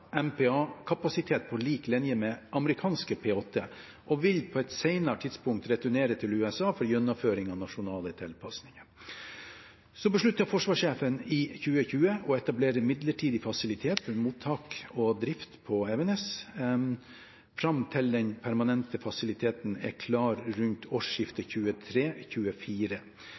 på lik linje med amerikanske P-8, og vil på et senere tidspunkt returnere til USA for gjennomføring av nasjonale tilpasninger. Så besluttet forsvarssjefen i 2020 å etablere midlertidig fasilitet for mottak og drift på Evenes fram til den permanente fasiliteten er klar rundt årsskiftet